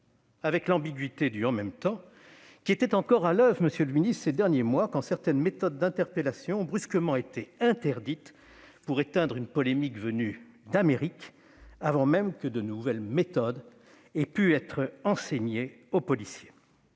avec l'ambiguïté du « en même temps » qui était encore à l'oeuvre ces derniers mois, quand certaines méthodes d'interpellation ont brusquement été interdites pour éteindre une polémique venue d'Amérique, avant même que de nouvelles méthodes aient pu être enseignées aux policiers.